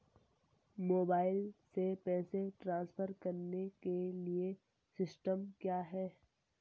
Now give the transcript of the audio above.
Mobile से पैसे transfer करने के लिए सिस्टम क्या है?